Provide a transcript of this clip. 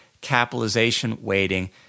capitalization-weighting